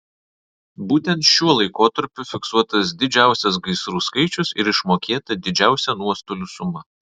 būtent šiuo laikotarpiu fiksuotas didžiausias gaisrų skaičius ir išmokėta didžiausia nuostolių suma